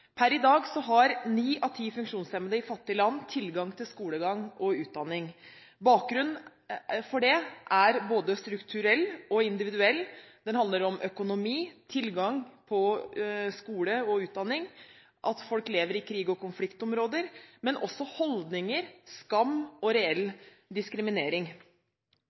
Per i dag mangler ni av ti funksjonshemmede i fattige land tilgang til skolegang og utdanning. Bakgrunnen for det er både strukturell og individuell: Den handler om økonomi, tilgang på skole og utdanning, at folk lever i krigs- og konfliktområder, men også holdninger, skam og reell diskriminering.